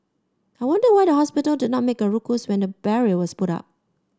I wonder why the hospital did not make a ruckus when the barrier was put up